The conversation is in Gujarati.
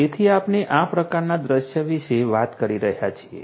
તેથી આપણે આ પ્રકારના દૃશ્ય વિશે વાત કરી રહ્યા છીએ